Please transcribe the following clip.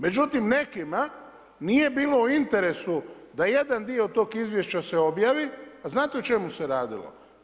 Međutim nekima nije bilo u interesu da jedan dio tog izvješća se objavi, a znate o čemu se radilo?